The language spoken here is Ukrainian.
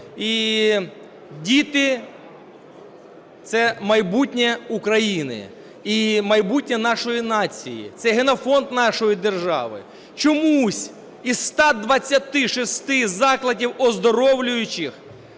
І діти – це майбутнє України і майбутнє нашої нації, це генофонд нашої держави. Чомусь із 126 закладів оздоровлюючих